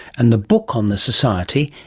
and the book on the society,